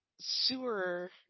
sewer